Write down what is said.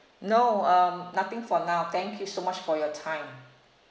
no um nothing for now thank you so much for your time